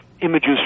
Images